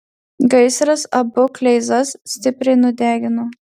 gaisras abu kleizas stipriai nudegino